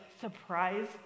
surprise